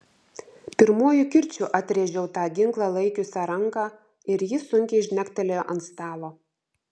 pirmuoju kirčiu atrėžiau tą ginklą laikiusią ranką ir ji sunkiai žnektelėjo ant stalo